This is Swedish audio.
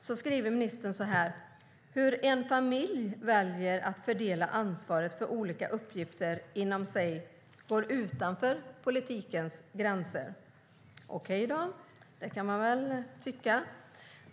Ministern skriver så här: Hur en familj väljer att fördela ansvaret för olika uppgifter inom sig går utanför politikens gränser. Okej, det kan man väl tycka.